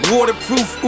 Waterproof